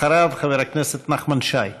אחריו, חבר הכנסת נחמן שי.